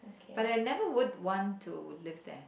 but that I would never want to live there